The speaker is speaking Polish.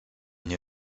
nie